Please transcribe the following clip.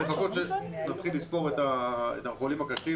ולחכות שנתחיל לספור את החולים הקשים